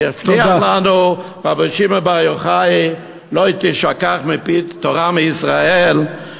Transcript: כי הבטיח לנו רבי שמעון בר יוחאי: לא תישכח תורה מישראל,